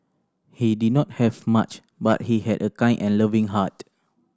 he did not have much but he had a kind and loving heart